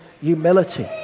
humility